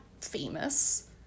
famous